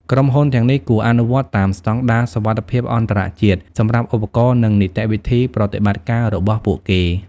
ក្រុមហ៊ុនទាំងនេះគួរអនុវត្តតាមស្តង់ដារសុវត្ថិភាពអន្តរជាតិសម្រាប់ឧបករណ៍និងនីតិវិធីប្រតិបត្តិការរបស់ពួកគេ។